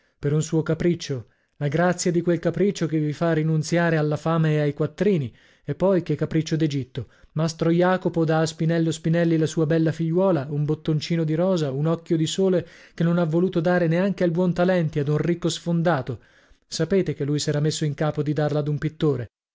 per un suo capriccio la grazia di quel capriccio che vi fa rinunziare alla fama e ai quattrini e poi che capriccio d'egitto mastro jacopo dà a spinello spinelli la sua bella figliuola un bottoncino di rosa un occhio di sole che non ha voluto dare neanche al buontalenti ad un ricco sfondato sapete che lui s'era messo in capo di darla ad un pittore